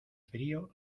frío